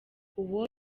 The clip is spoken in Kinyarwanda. uwo